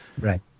Right